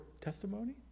testimony